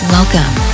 Welcome